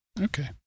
okay